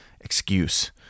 excuse